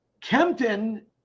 Kempton